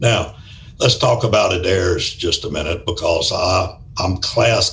now let's talk about it there's just a minute because i'm class